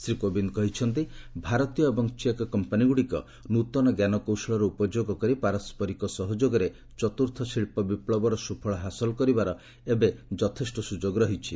ଶ୍ରୀ କୋବିନ୍ଦ୍ କହିଛନ୍ତି ଭାରତୀୟ ଏବଂ ଚେକ୍ କମ୍ପାନୀଗୁଡ଼ିକ ନୃତନ ଜ୍ଞାନକୌଶଳର ଉପଯୋଗ କରି ପାରସ୍କରିକ ସହଯୋଗରେ ଚତୁର୍ତ ଶିଳ୍ପ ବିପୁବର ସୁଫଳ ହାସଲ କରିବାର ଏବେ ଯଥେଷ୍ଟ ସ୍ରଯୋଗ ରହିଛି